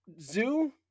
zoo